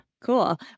Cool